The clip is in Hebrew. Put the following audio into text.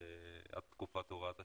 עד תקופת הוראת השעה.